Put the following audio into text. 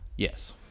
Yes